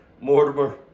Mortimer